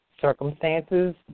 circumstances